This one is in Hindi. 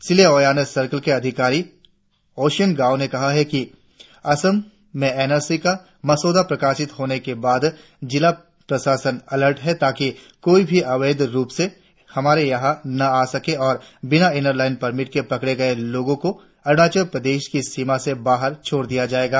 सिले ओयान सर्कल के अधिकारी ओसियन गाव ने कहा कि असम में एन आर सी का मसौदा प्रकाशित होने के बाद जिला प्रशासन एलर्ट है ताकि कोई भी अवैध रुप से हमारे यहा ना आ सके और बिना इनर लाईन परमिट के पकड़े गये लोगो को अरुणाचल प्रदेश की सीमा से बाहर छोड़ दिया जायेगा